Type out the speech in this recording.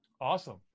Awesome